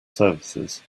services